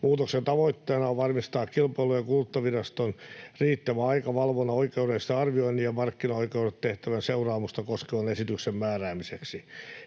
Muutoksen tavoitteena on varmistaa Kilpailu- ja kuluttajavirastolle riittävä aika valvonnan oikeudellisen arvioinnin ja markkinaoikeudelle tehtävän seuraamusta koskevan esityksen määräämiseksi.